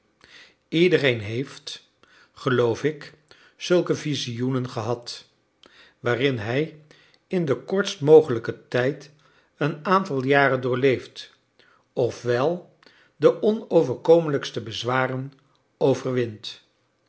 iedereen heeft geloof ik zulke visioenen gehad waarin hij in den kortst mogelijken tijd een aantal jaren doorleeft of wel de onoverkomelijkste bezwaren overwint